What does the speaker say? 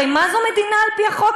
הרי מה זה מדינה על-פי החוק?